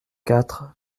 quatre